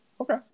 Okay